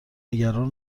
نگران